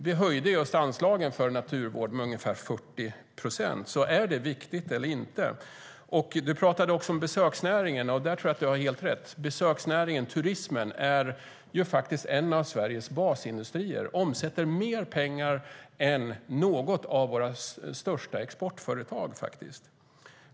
Vi höjde just anslagen till naturvård med ungefär 40 procent. Är det viktigt eller inte? Du pratade också om besöksnäringen, och där tror jag att du har helt rätt. Besöksnäringen, turismen, är en av Sveriges basindustrier och omsätter mer pengar än något av våra största exportföretag.